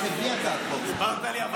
חבר הכנסת פורר, בבקשה.